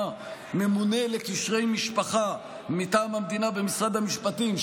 ממונה לקשרי משפחה מטעם המדינה במשרד המשפטים,